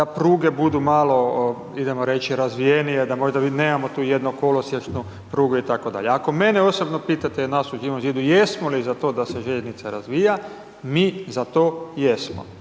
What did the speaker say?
da pruge budu malo idemo reći razvijenije, da možda mi nemamo tu jednu kolosiječnu prugu itd. Ako mene osobno pitate i nas u Živom zidu jesmo li za to da se željeznica razvija, mi za to jesmo.